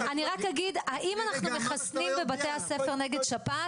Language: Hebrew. האם אנחנו מחסנים בתי הספר נגד שפעת?